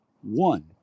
one